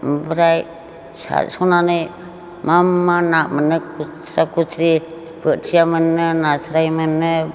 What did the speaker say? ओमफ्राय साथसननानै मा मा ना मोनो खुथस्रा खुस्रि बोथिया मोनो नास्राय मोनो